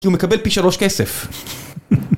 כי הוא מקבל פי של ראש כסף.